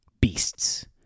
beasts